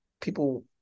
people